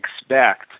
expect